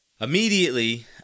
Immediately